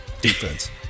defense